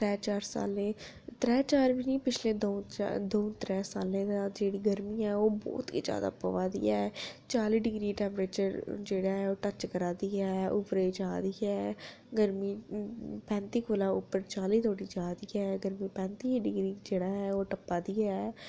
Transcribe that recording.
त्रैऽ चार सालै दी त्रैऽ चार निं दौं त्रंऊ सालें दा जेह्ड़ी गर्मी ऐ ओह् बहुत गै जादा पवा दी ऐ चाली डिग्री जेह्ड़ा टेम्परेचर ऐ ओह् टच करा दी ऐ उप्परै गी जा दी ऐ गर्मी पैंती कोला उप्पर चाली तोड़ी जा दी ऐ ते कन्नै पौंती डिग्री ऐ ओह् टप्पा दी ऐ